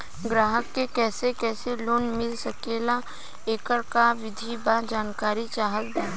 ग्राहक के कैसे कैसे लोन मिल सकेला येकर का विधि बा जानकारी चाहत बा?